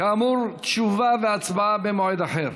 כאמור, תשובה והצבעה במועד אחר.